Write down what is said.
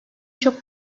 çok